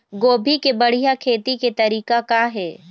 गोभी के बढ़िया खेती के तरीका का हे?